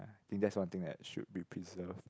think that's one thing that should be preserved